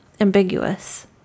ambiguous